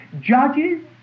Judges